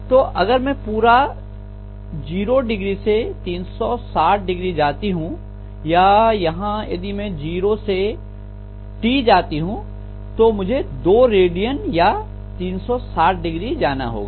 तो अगर मैं पूरा0Oसे360O जाती हूं या यहां यदि मैं 0 से T जाती हूं तो मुझे 2 रेडियन या 360Oजाना होगा